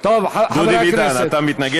לעוד אחד אתה נותן?